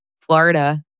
Florida